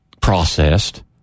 Processed